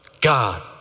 God